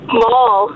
mall